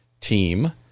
team